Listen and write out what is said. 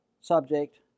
subject